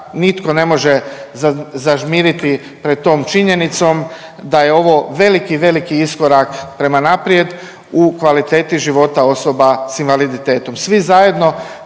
nitko ne može zažmiriti pred tom činjenicom da je ovo veliki, veliki iskorak prema naprijed u kvaliteti života osoba s invaliditetom.